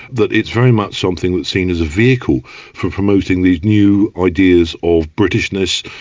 that it's very much something that's seen as a vehicle for promoting these new ideas of britishness,